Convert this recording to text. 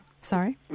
sorry